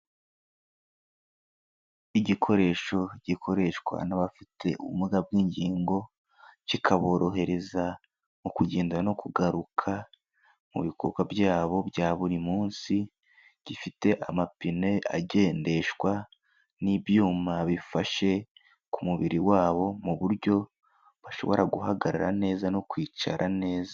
Igikoresho gikoreshwa n'abafite ubumuga bw'ingingo, kikaborohereza mu kugenda no kugaruka mu bikorwa byabo bya buri munsi, gifite amapine agendeshwa n'ibyuma bifashe ku mubiri wabo, mu buryo bashobora guhagarara neza no kwicara neza.